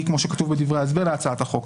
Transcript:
כמו שכתוב בדברי ההסבר להצעת החוק,